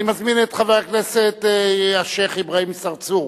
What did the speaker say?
אני מזמין את חבר הכנסת השיח' אברהים צרצור